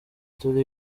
turi